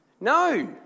No